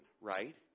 right